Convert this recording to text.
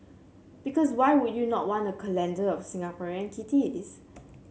because why would you not want a calendar of Singaporean kitties